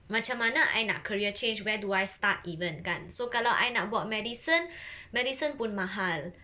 macam mana I nak career change where do I start even kan so kalau I nak buat medicine medicine pun mahal